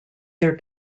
their